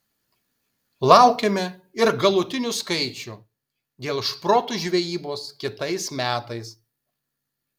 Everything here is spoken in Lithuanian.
laukiame ir galutinių skaičių dėl šprotų žvejybos kitais metais